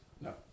No